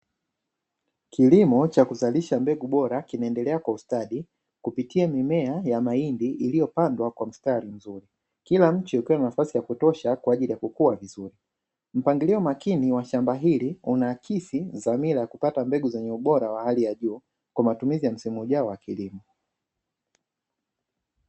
Kilimo cha kuzalisha mbegu bora kinaendelea kwa ustadi, kupitia mimea ya mahindi iliyopandwa kwa mstari mzuri. Kila mche ukiwa na nafasi ya kutosha kwa ajili ya kukua vizuri. Mpangilio makini wa shamba hili unaakisi dhamira ya kupata mbegu zenye ubora wa hali ya juu, kwa matumizi ya msimu ujao wa kilimo.